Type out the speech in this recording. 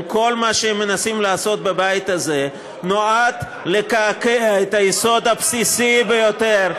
כל מה שהם מנסים לעשות בבית הזה נועד לקעקע את היסוד הבסיסי ביותר,